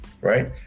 right